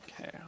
Okay